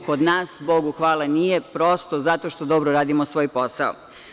Kod nas, Bogu hvalanije, prosto zato što dobro radimo svoj posao.